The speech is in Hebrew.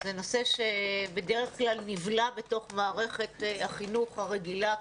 זה נושא שבדרך כלל נבלע בתוך מערכת החינוך הרגילה,